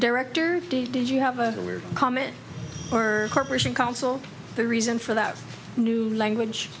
director did you have a comment or corporation counsel the reason for that new language